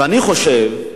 ואני חושב,